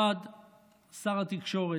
1. שר התקשורת,